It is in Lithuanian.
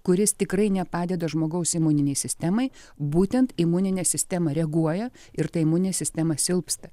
kuris tikrai nepadeda žmogaus imuninei sistemai būtent imuninė sistema reaguoja ir ta imuninė sistema silpsta